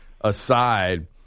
aside